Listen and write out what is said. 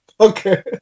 Okay